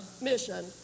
mission